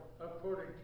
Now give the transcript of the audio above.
according